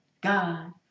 God